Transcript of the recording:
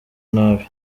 nabi